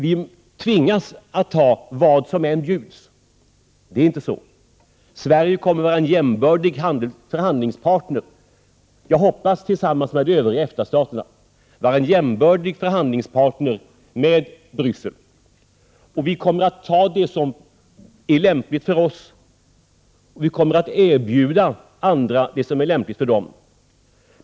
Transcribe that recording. Vi tvingas att ta vad som än bjuds, menar han. Så är det inte. Sverige kommer att vara en jämbördig förhandlingspartner med Bryssel — tillsammans med de övriga EFTA-staterna, hoppas jag. Vi i Sverige kommer att ta det som är lämpligt för oss, och vi kommer att erbjuda andra det som är lämpligt för dem.